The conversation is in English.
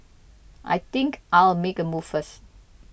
I think I'll make a move first